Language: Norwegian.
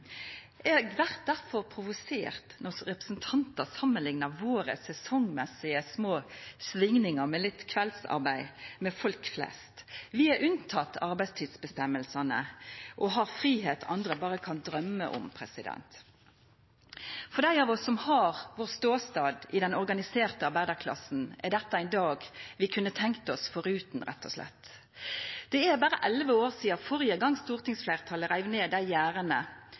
Eg blir derfor provosert når representantar samanliknar våre sesongmessige små svingingar med litt kveldsarbeid, med folk flest. Vi er unnatekne arbeidstidsbestemmingane og har fridom andre berre kan drøyma om. For dei av oss som har vår ståstad i den organiserte arbeidarklassen, er dette rett og slett ein dag vi kunne tenkt oss forutan. Det er berre elleve år sidan førre gong stortingsfleirtalet reiv ned